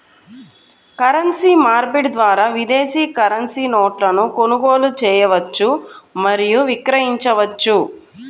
currency మార్పిడి ద్వారా విదేశీ కరెన్సీ నోట్లను కొనుగోలు చేయవచ్చు మరియు విక్రయించవచ్చు